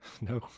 no